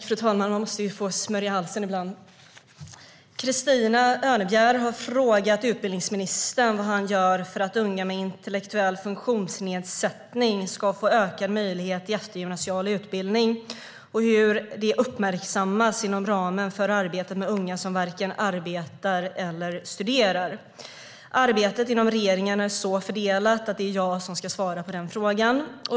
Fru talman! Christina Örnebjär har frågat utbildningsministern vad han gör för att unga med intellektuell funktionsnedsättning ska få ökad möjlighet till eftergymnasial utbildning och hur de uppmärksammas inom ramen för arbetet med unga som varken arbetar eller studerar. Arbetet inom regeringen är så fördelat att det är jag som ska svara på frågan.